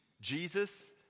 Jesus